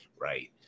Right